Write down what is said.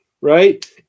right